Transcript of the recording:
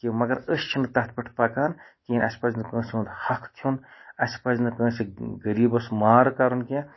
کہِ مَگَر أسۍ چھِ نہٕ تَتھ پٮ۪ٹھ پَکان کینٛہہ اَسہِ پَزِ نہٕ کٲنٛسہِ ہُنٛد حَق کھیوٚن اَسہِ پَزِ نہٕ کٲنٛسہِ غریٖبَس مار کَرُن کینٛہہ